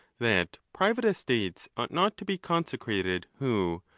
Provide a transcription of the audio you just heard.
that private estates ought not to be consecrated, who,